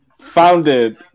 founded